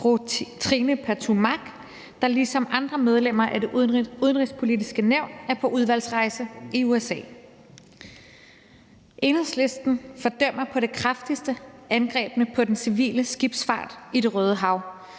Trine Pertou Mach, der ligesom andre medlemmer af Det Udenrigspolitiske Nævn er på udvalgsrejse i USA. Enhedslisten fordømmer på det kraftigste angrebene på den civile skibsfart i Det Røde Hav,